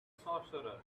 sorcerer